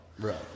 Right